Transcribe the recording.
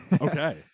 Okay